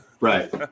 Right